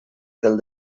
del